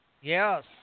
Yes